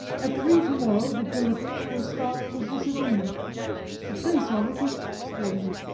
at three to-morrow the diligence will start for bukovina a place on it is kept for you.